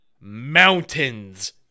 mountains